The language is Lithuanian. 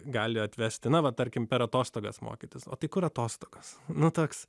gali atvesti na va tarkim per atostogas mokytis o tai kur atostogas nutiks